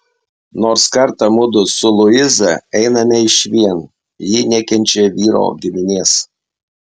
nors kartą mudu su luiza einame išvien ji nekenčia vyro giminės